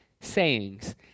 Sayings